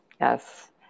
yes